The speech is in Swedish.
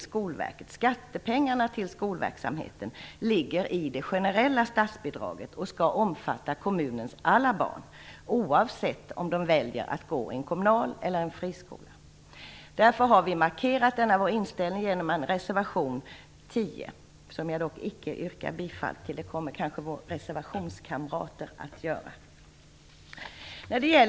Skattepengarna till skolverksamheten ingår i det generella statsbidraget och skall omfatta kommunens alla barn oavsett om de väljer att gå i en kommunal skola eller i en friskola. Därför har vi markerat denna vår inställning genom reservation 10, som jag dock icke yrkar bifall till. Det kommer kanske våra reservationskamrater att göra.